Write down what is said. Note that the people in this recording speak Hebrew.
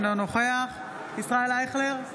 אינו נוכח ישראל אייכלר,